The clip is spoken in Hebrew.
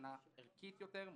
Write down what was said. שנה ערכית יותר,